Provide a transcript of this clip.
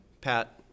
Pat